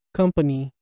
company